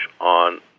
on